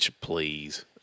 please